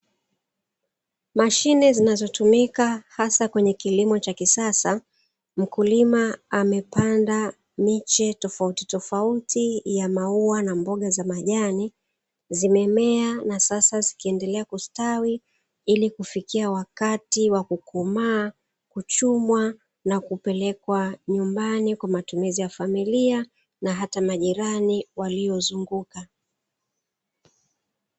Mashine zinazotumika hasa kwenye kilimo cha kisasa, mkulima amepanda miche tofautitofauti ya maua na mboga za majani zimemea, na sasa zikiendelea kustawi ili kufikia wakati wa kukomaa, kuchumwa, na kupelekwa nyumbani kwa matumizi ya familia na hata majirani waliowazunguka.